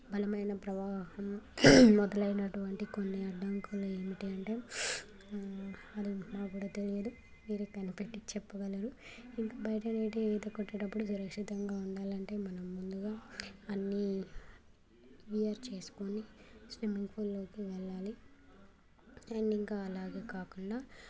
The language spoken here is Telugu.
బలమైన ప్రవాహం మొదలైనటువంటి కొన్ని అడ్డంకులు ఏంటి అంటే అది మాకు కూడా తెలియదు మీరే కనిపెట్టే చెప్పగలరు ఇంకా బయటనైతే ఈత కొట్టేటప్పుడు సురక్షితంగా ఉండాలంటే మనం ముందుగా అన్నీ వియర్ చేసుకొని స్విమ్మింగ్ పూల్లోకి వెళ్ళాలి అండ్ ఇంకా అలాగే కాకుండా